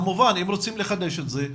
כמובן אם רוצים לחדש את זה,